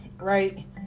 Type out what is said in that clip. right